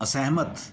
ਅਸਹਿਮਤ